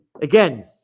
Again